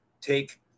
take